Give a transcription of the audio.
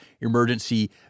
Emergency